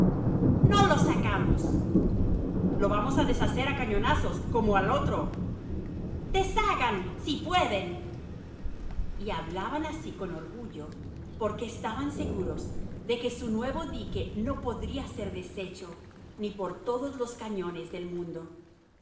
no lo sacamos lo vamos a deshacer a cañonazos como al otro deshagan si pueden y hablaban así con orgullo porque estaban seguros de que su nuevo dique no podría ser deshecho ni por todos los cañones del mundo